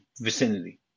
vicinity